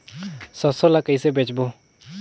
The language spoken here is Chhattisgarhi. सरसो ला कइसे बेचबो?